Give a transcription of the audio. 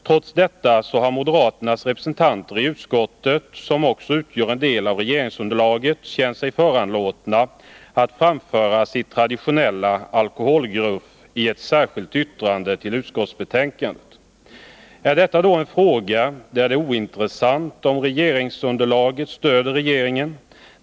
Trots detta har moderaternas representanter i utskottet, som också utgör en del av regeringsunderlaget, känt sig föranlåtna att framföra sitt traditionella alkoholgruff i ett särskilt yttrande till utskottsbetänkandet. Är detta då en fråga där det är ointressant om regeringsunderlaget stöder regeringen?